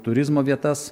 turizmo vietas